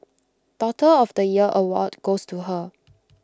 daughter of the year award goes to her